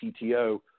PTO